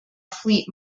fleet